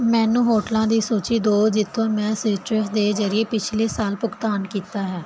ਮੈਨੂੰ ਹੋਟਲਾਂ ਦੀ ਸੂਚੀ ਦੋ ਜਿੱਥੋਂ ਮੈਂ ਸੀਟਰਸ ਦੇ ਜਰੀਏ ਪਿਛਲੇ ਸਾਲ ਭੁਗਤਾਨ ਕੀਤਾ ਹੈ